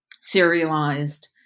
serialized